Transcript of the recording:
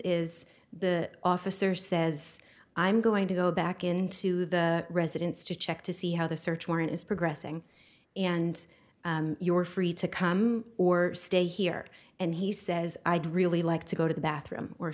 is the officer says i'm going to go back into the residence to check to see how the search warrant is progressing and you are free to come or stay here and he says i'd really like to go to the bathroom or